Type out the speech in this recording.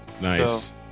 Nice